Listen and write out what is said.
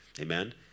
Amen